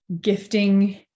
gifting